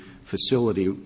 facility